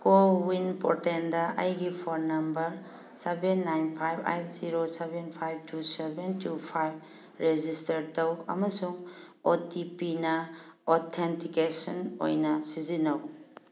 CoWIN ꯄꯣꯔꯇꯦꯜꯗ ꯑꯩꯒꯤ phone number seven nine five eight zero seven five two seven two five register ꯇꯧ ꯑꯃꯁꯨꯡ O T ꯄꯤꯅ authentication ꯑꯣꯏꯅ ꯁꯤꯖꯤꯟꯅꯧ